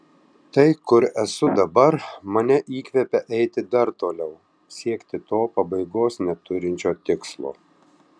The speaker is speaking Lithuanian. tai kur esu dabar mane įkvepia eiti dar toliau siekti to pabaigos neturinčio tikslo